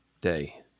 day